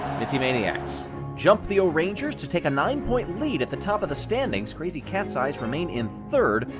minty maniacs jump the o'rangers to take a nine point lead at the top of the standings. crazy cat's eyes remain in third,